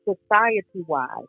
Society-wise